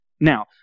Now